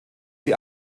die